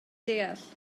deall